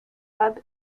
club